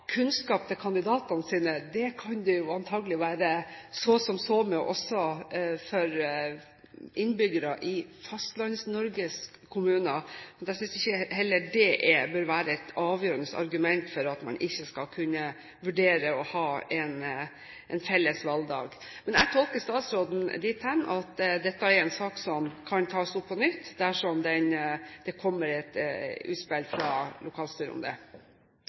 kunnskap om kandidatene sine kan det antakelig være så som så med også for innbyggere i Fastlands-Norges kommuner. Derfor synes jeg heller ikke dét bør være et avgjørende argument for at man ikke skal kunne vurdere å ha en felles valgdag. Jeg tolker statsråden dit hen at dette er en sak som kan tas opp på nytt, dersom det kommer et utspill fra lokalstyret om det.